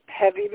heavy